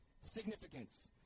significance